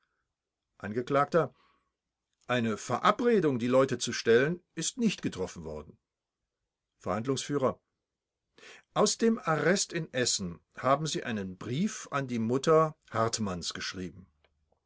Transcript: angekl eine verabredung die leute zu stellen ist nicht getroffen worden verhandlungsf aus dem arrest in essen haben sie einen brief an die mutter hartmanns geschrieben